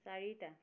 চাৰিটা